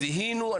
זיהינו,